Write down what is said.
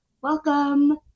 welcome